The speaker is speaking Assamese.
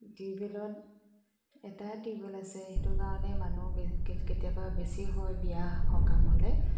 টিউবৱেলত এটাই টিউবেল আছে সেইটো কাৰণে মানুহ কেতিয়াবা বেছি হয় বিয়া সকাম হ'লে